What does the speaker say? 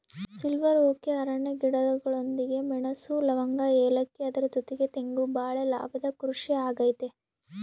silver oak ಅರಣ್ಯ ಗಿಡಗಳೊಂದಿಗೆ ಮೆಣಸು, ಲವಂಗ, ಏಲಕ್ಕಿ ಅದರ ಜೊತೆಗೆ ತೆಂಗು ಬಾಳೆ ಲಾಭದ ಕೃಷಿ ಆಗೈತೆ